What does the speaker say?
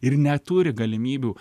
ir neturi galimybių